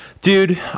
dude